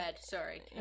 Sorry